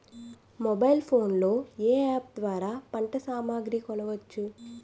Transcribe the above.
Mobile phone లో ఏ app ద్వారా పంట సామాగ్రి కొనచ్చు?